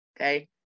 Okay